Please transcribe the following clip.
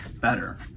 better